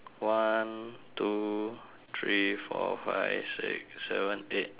one two three four five six seven eight